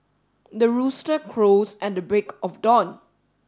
the rooster crows at the break of dawn